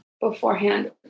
beforehand